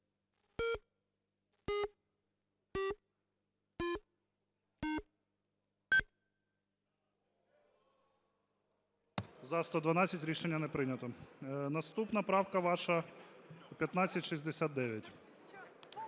За-112 Рішення не прийнято. Наступна правка ваша - 1569.